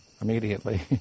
immediately